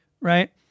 right